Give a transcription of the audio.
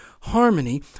harmony